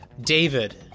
David